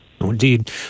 Indeed